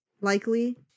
likely